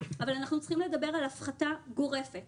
אבל אנחנו צריכים לדבר על הפחתה גורפת